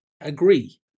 agree